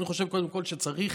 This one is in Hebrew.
אני חושב קודם כול שצריך